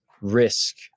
risk